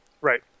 Right